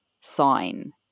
sign